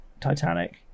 Titanic